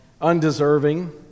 undeserving